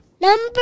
Number